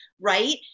right